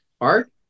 Art